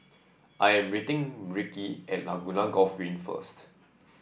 I am meeting Ricki at Laguna Golf Green first